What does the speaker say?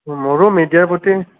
মোৰো মিডিয়াৰ প্ৰতি